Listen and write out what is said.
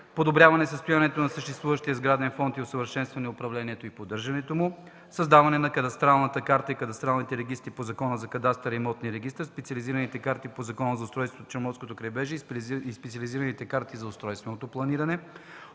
подобряване на състоянието на съществуващия сграден фонд и за усъвършенстване на управлението и поддържането му; – създаване на кадастралната карта и кадастралните регистри по Закона за кадастъра и имотния регистър, специализираните карти по Закона за устройството на Черноморското крайбрежие и специализираните карти за устройствено планиране;